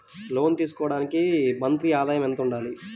లోను తీసుకోవడానికి మంత్లీ ఆదాయము ఎంత ఉండాలి?